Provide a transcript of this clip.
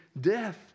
death